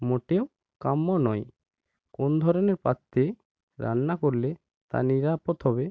মোটেও কাম্য নয় কোন ধরনের পাত্রে রান্না করলে তা নিরাপদ হবে